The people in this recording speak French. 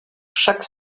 chaque